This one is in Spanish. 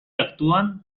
actúan